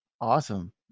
Awesome